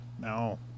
No